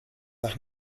nach